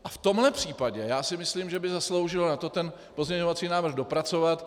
A v tomhle případě si myslím, že by si to zasloužilo ten pozměňovací návrh dopracovat.